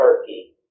Turkey